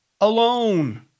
alone